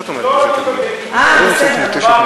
לא, אה, בסדר.